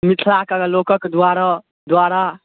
मिथिला के ने लोकक दुआरे द्वारा